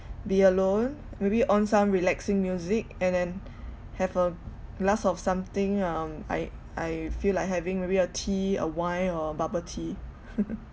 be alone maybe on some relaxing music and then have a glass of something um I I feel like having maybe a tea a wine or a bubble tea